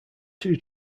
two